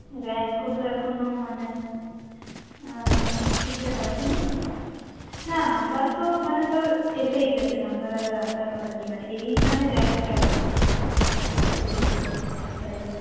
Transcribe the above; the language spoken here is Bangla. র্যাঙ্কও তো এখনও মানে ঠিকঠাক আসে নি না নাম্বার তো মানে ধর এসেই গেছে নাম্বার আবার আসার কথা কী মানে এই খানে র্যাঙ্ক কেমন আসে ওইটা বলতে চাইছি দেখা যাক